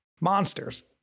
monsters